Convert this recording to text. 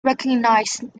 recognized